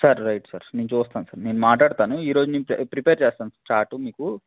sir right sir నేను చూస్తాను sir నేను మాట్లాడతాను ఈరోజు నుంచే ప్రిపేర్ చేస్తాను సార్ చార్ట్ మీకు